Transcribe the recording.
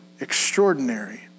extraordinary